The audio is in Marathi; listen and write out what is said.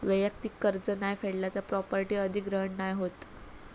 वैयक्तिक कर्ज नाय फेडला तर प्रॉपर्टी अधिग्रहण नाय होत